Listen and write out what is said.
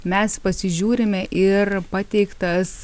mes pasižiūrime ir pateiktas